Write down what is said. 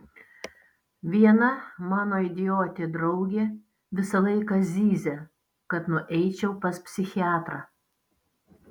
viena mano idiotė draugė visą laiką zyzia kad nueičiau pas psichiatrą